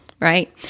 right